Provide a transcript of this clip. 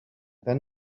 then